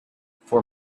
for